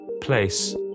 place